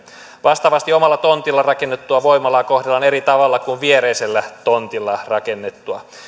vastaavasti omalle tontille rakennettua voimalaa kohdellaan eri tavalla kuin viereiselle tontille rakennettua